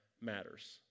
matters